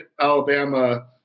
Alabama